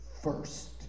first